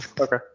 Okay